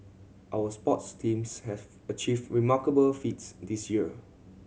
our sports teams have achieved remarkable feats this year